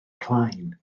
plaen